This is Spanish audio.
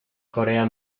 corea